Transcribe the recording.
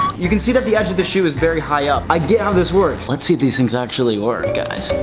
you can see that the edge of the shoe is very high up. i get how this works. let's see these things actually work, guys.